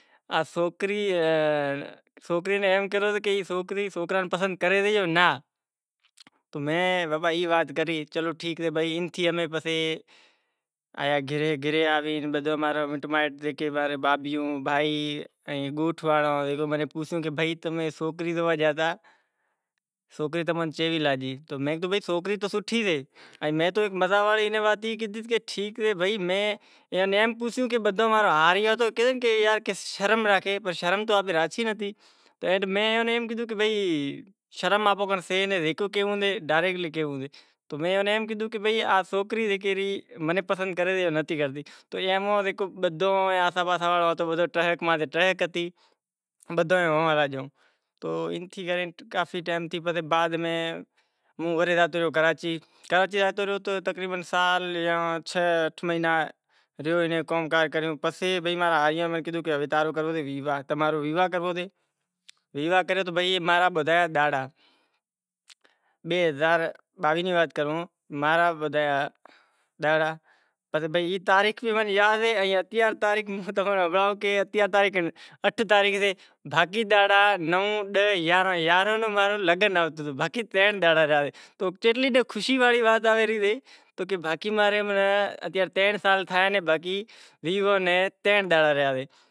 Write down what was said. تو اینے کورٹ نے تھرو کے وکیلاں نے تھرو غریباں نی ہیلپ کرشے کوڑاں کیشاں نی بنیے ماتھے قبضا تھے گیا پلاٹ ماتھے قبضا تھے گیا تو سوٹھے نمونے چھڈائے ڈیشے مندر میں فنڈ وغیرہ لئی آوشے، جکو غریب سوکرا بھنڑی ریا یونیورسٹی ماں فوج میں تھی تڈنہں بھی ایئاں نی فنڈ پٹے مطلب لئی کرے مطلب اینی مدد کرے۔ ہر قوم نی مطلب سوٹھی کوشش کرے سے ای ہر مانڑو نے وس ری وات نتھی ہوتی مطلب بھگوان کوئی ہمت آلے سے۔ اماری قوم میں بھی پیشے واڑا بھنڑل لکھیل بیٹھا سیں وڈیراں نی چمچاگیری کریاں ہاروں سبھ کو تیار تھے پر کام کریا ہاروں کوئی تییار نتھی، کامریڈ نو پانس سو یا ہزار روپیا ڈئی کہاشیں توں ونج کامریڈ فلانڑو کم کری اچ تو کام صحیح کام ہوئے تو ای کام نتھی کرتا ریا ایائا ہاروں کرے کافی تقریبن بئے ترن سال تھیا فقیر آفیس کھولی مطلب سوٹھے نمونے